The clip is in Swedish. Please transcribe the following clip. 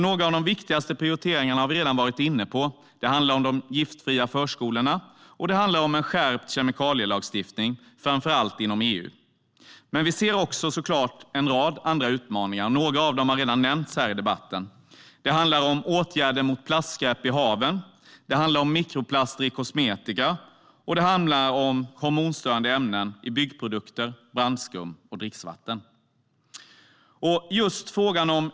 Några av de viktigaste prioriteringarna har vi redan varit inne på. Det handlar om de giftfria förskolorna och en skärpt kemikalielagstiftning, framför allt inom EU. Men vi ser också såklart en rad andra utmaningar. Några av dem har redan nämnts här i debatten. Det handlar om åtgärder mot plastskräp i haven, mikroplaster i kosmetika och hormonstörande ämnen i byggprodukter, brandskum och dricksvatten.